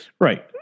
Right